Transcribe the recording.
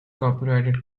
copyrighted